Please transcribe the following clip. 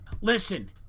Listen